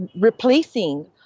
replacing